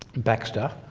baxter,